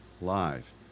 Live